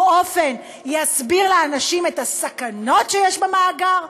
אופן יסביר לאנשים את הסכנות שיש במאגר?